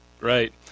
right